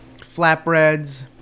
flatbreads